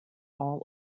all